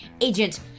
Agent